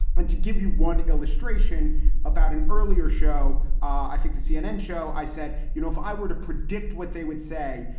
and to give you one illustration about an earlier show. i think the cnn show, i said, you know, if i were to predict what they would say,